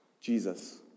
Jesus